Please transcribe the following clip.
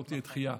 לא תהיה דחייה.